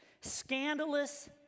scandalous